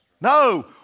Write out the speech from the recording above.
No